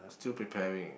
still preparing